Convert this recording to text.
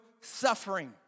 suffering